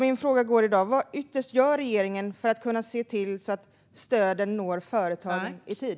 Min fråga är i dag: Vad gör regeringen ytterst för att se till att stöden når företagen i tid?